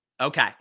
Okay